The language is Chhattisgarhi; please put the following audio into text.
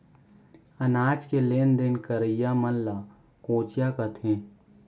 अनाज के लेन देन करइया मन ल कोंचिया कथें